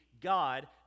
God